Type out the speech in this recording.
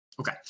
Okay